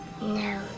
No